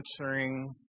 answering